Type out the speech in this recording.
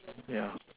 yeah